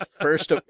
First